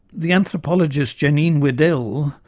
the anthropologist, janine wedel,